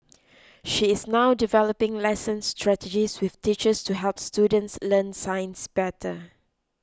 she is now developing lesson strategies with teachers to help students learn science better